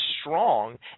strong